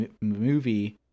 movie